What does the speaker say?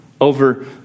over